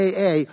AA